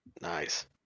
Nice